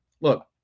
Look